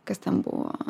kas ten buvo